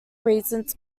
reasons